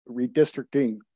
redistricting